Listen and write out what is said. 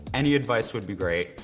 any advice would be great.